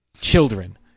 children